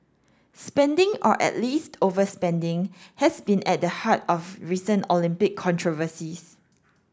spending or at least overspending has been at the heart of recent Olympic controversies